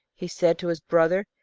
he said to his brother.